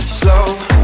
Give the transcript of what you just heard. slow